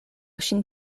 ŝin